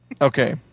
Okay